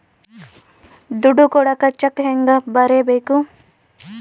ದುಡ್ಡು ಕೊಡಾಕ ಚೆಕ್ ಹೆಂಗ ಬರೇಬೇಕು?